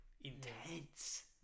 intense